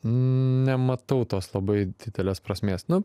nematau tos labai didelės prasmės nu